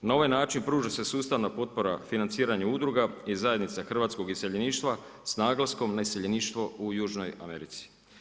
Na ovaj način pruža se sustavna potpora financiranju udruga i zajednica hrvatskog iseljeništva s naglaskom na iseljeništvo u južnoj Americi.